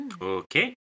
Okay